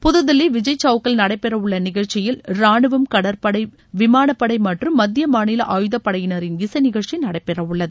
புதுதில்லி விஜய் சவுக்கில் நடைபெறவுள்ள நிகழ்ச்சியில் ரானுவம் கடற்படை விமானப் படை மற்றும் மத்திய மாநில ஆயுதப்படையினரின் இசை நிகழ்ச்சி நடைபெறவுள்ளது